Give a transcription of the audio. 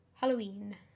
Halloween